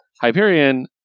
hyperion